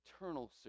eternal